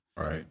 Right